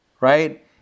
right